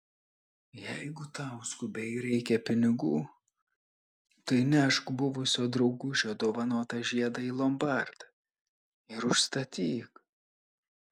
jeigu tau skubiai reikia pinigų tai nešk buvusio draugužio dovanotą žiedą į lombardą ir užstatyk